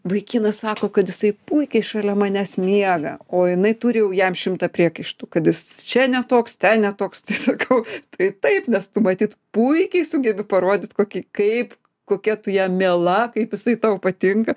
vaikinas sako kad jisai puikiai šalia manęs miega o jinai turi jau jam šimtą priekaištų kad jis čia ne toks ten ne toks tai sakau tai taip nes tu matyt puikiai sugebi parodyt kokį kaip kokia tu jam miela kaip jisai tau patinka